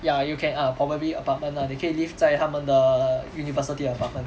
ya you can ah probably apartment lah 你可以 live 在他们的 university apartment